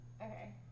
Okay